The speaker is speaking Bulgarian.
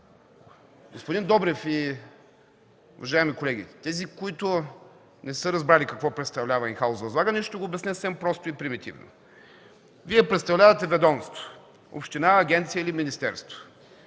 Господин Добрев, уважаеми колеги! За тези, които не са разбрали какво представлява „ин хаус” възлагането, ще го обясня съвсем просто и примитивно. Вие представлявате ведомство – община, агенция или министерство,